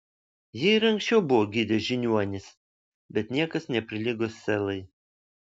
jį ir anksčiau buvo gydę žiniuonys bet niekas neprilygo selai